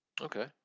Okay